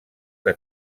que